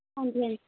ਹਾਜੀ